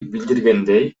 билдиргендей